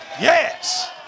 Yes